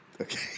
Okay